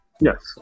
Yes